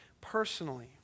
personally